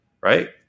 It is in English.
right